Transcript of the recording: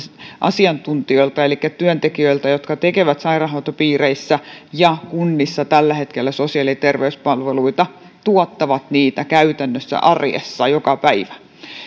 asiantuntijoilta elikkä työntekijöiltä jotka tekevät sairaanhoitopiireissä ja kunnissa tällä hetkellä sosiaali ja terveyspalveluita tuottavat niitä käytännössä arjessa joka päivä